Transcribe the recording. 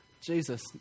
Jesus